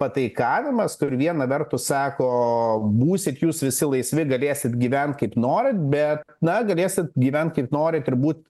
pataikavimas viena vertus sako būsit jūs visi laisvi galėsit gyvent kaip nori be na galėsit gyvent kaip norit ir būt